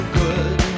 good